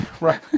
right